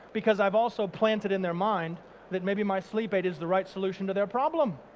because i've also planted in their mind that maybe my sleep aid is the right solution to their problem.